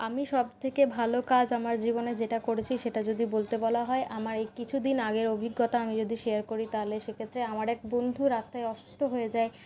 আমি সবথেকে ভালো কাজ আমার জীবনে যেটা করেছি সেটা যদি বলতে বলা হয় আমার এই কিছুদিন আগের অভিজ্ঞতা আমি যদি শেয়ার করি তাহলে সেক্ষেত্রে আমার এক বন্ধু রাস্তায় অসুস্থ হয়ে যায়